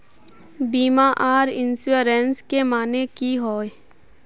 बीमा आर इंश्योरेंस के माने की होय?